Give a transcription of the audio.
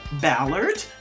Ballard